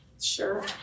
Sure